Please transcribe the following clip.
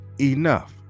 enough